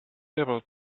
able